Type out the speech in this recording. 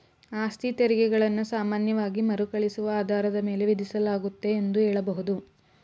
ಆಸ್ತಿತೆರಿಗೆ ಗಳನ್ನ ಸಾಮಾನ್ಯವಾಗಿ ಮರುಕಳಿಸುವ ಆಧಾರದ ಮೇಲೆ ವಿಧಿಸಲಾಗುತ್ತೆ ಎಂದು ಹೇಳಬಹುದು